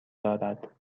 دارد